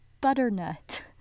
Butternut